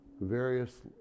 various